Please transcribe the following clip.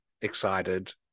excited